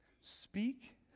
Speak